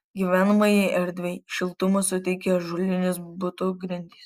gyvenamajai erdvei šiltumo suteikia ąžuolinės buto grindys